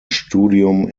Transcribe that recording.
studium